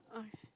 okay